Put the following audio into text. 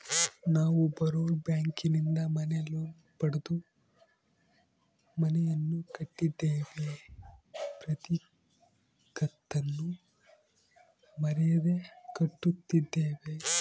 ನಾವು ಬರೋಡ ಬ್ಯಾಂಕಿನಿಂದ ಮನೆ ಲೋನ್ ಪಡೆದು ಮನೆಯನ್ನು ಕಟ್ಟಿದ್ದೇವೆ, ಪ್ರತಿ ಕತ್ತನ್ನು ಮರೆಯದೆ ಕಟ್ಟುತ್ತಿದ್ದೇವೆ